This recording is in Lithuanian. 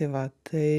tai va tai